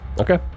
Okay